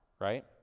right